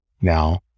now